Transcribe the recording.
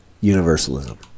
universalism